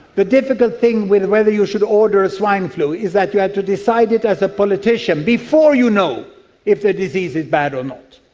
but difficult thing with whether you should order a swine flu is that you have to decide as a politician before you know if the disease is bad or not,